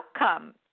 outcome